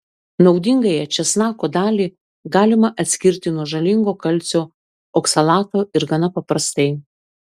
naudingąją česnako dalį galima atskirti nuo žalingo kalcio oksalato ir gana paprastai